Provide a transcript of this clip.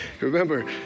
Remember